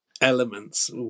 elements